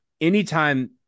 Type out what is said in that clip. anytime